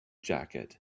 jacket